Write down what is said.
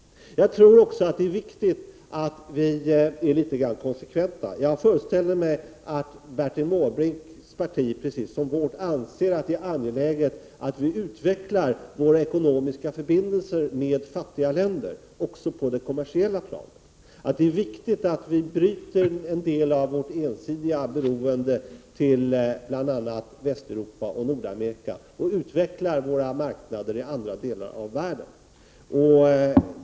Jag tror också att det är viktigt att vi är konsekventa. Jag föreställer mig att Bertil Måbrinks parti, precis som vårt, anser att det är angeläget att vi utvecklar våra ekonomiska förbindelser med fattiga länder, även på det kommersiella planet. Det är viktigt att vi bryter en del av vårt ensidiga beroende av Västeuropa och Nordamerika och utvecklar våra marknader i andra delar av världen.